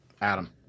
Adam